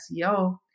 SEO